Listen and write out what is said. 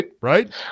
right